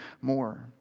more